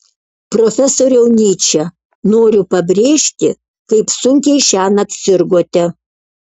profesoriau nyče noriu pabrėžti kaip sunkiai šiąnakt sirgote